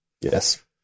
Yes